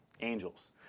angels